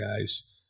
guys